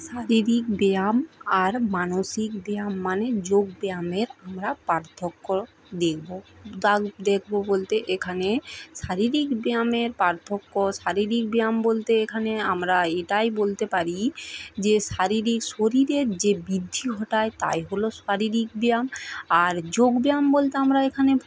শারীরিক ব্যায়াম আর মানসিক ব্যায়াম মানে যোগ ব্যায়ামের আমরা পার্থক্য দেখবো দেখবো বলতে এখানে শারীরিক ব্যায়ামের পার্থক্য শারীরিক ব্যায়াম বলতে এখানে আমরা এটাই বলতে পারি যে শারীরি শরীরের যে বৃদ্ধি ঘটায় তাই হল শারীরিক ব্যায়াম আর যোগ ব্যায়াম বলতে আমরা এখানে